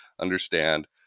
understand